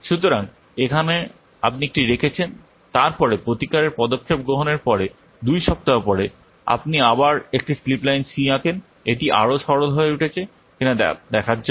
সুতরাং এখানে আপনি একটি রেখেছেন তারপরে প্রতিকারের পদক্ষেপ গ্রহণের পরে দুই সপ্তাহ পরে আপনি আবার একটি স্লিপ লাইন C আঁকেন এটি আরও সরল হয়ে উঠছে কিনা তা দেখার জন্য